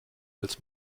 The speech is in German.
als